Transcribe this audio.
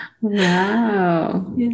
Wow